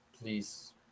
please